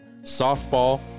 softball